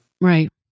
Right